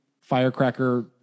firecracker